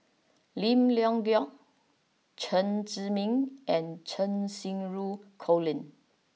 Lim Leong Geok Chen Zhiming and Cheng Xinru Colin